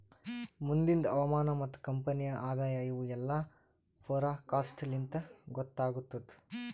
ಮುಂದಿಂದ್ ಹವಾಮಾನ ಮತ್ತ ಕಂಪನಿಯ ಆದಾಯ ಇವು ಎಲ್ಲಾ ಫೋರಕಾಸ್ಟ್ ಲಿಂತ್ ಗೊತ್ತಾಗತ್ತುದ್